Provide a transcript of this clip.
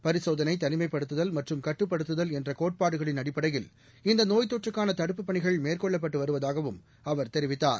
பரிசோதனை தனிமைப்படுத்துதல் மற்றும் கட்டுப்படுத்துதல் என்ற கோட்பாடுகளின் அடிப்படையில் இந்த நோய் தொற்றுக்கான தடுப்புப் பணிகள் மேற்கொள்ளப்பட்டு வருவதாகவும் அவர் தெரிவித்தார்